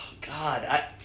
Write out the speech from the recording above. God